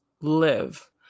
live